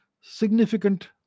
significant